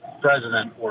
president